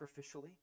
sacrificially